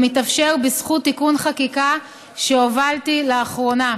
המתאפשר בזכות תיקון חקיקה שהובלתי לאחרונה,